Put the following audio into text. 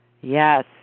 Yes